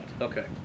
Okay